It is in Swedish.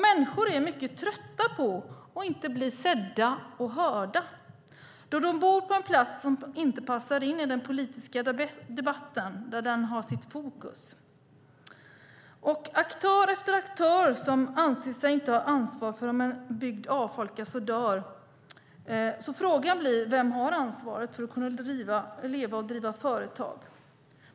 Människor är mycket trötta på att inte bli sedda och hörda för att de bor på en plats som inte passar in där den politiska debatten har sitt fokus. Aktör efter aktör anser sig inte ha något ansvar för om en bygd avfolkas och dör, och frågan blir då: Vem har ansvaret för att man ska kunna leva och driva företag?